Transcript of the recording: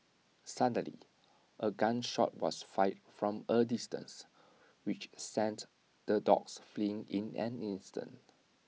suddenly A gun shot was fired from A distance which sent the dogs fleeing in an instant